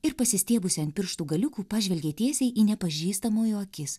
ir pasistiebusi ant pirštų galiukų pažvelgė tiesiai į nepažįstamojo akis